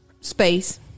space